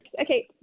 Okay